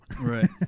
Right